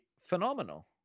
phenomenal